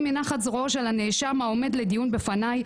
מנחת זרועו של הנאשם העומד לדיון בפניי,